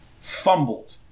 fumbled